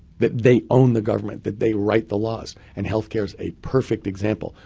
that they own the government, that they write the laws. and health care is a perfect example.